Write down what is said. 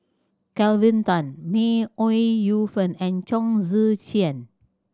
Kelvin Tan May Ooi Yu Fen and Chong Tze Chien